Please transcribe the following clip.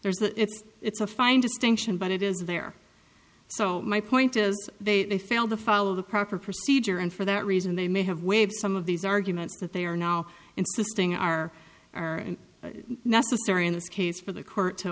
there's a it's a fine distinction but it is there so my point is they failed to follow the proper procedure and for that reason they may have waived some of these arguments that they are now insisting are necessary in this case for the court to